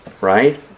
Right